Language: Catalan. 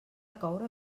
coure